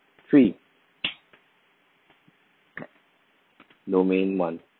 three domain one